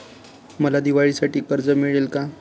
मला दिवाळीसाठी कर्ज मिळेल का?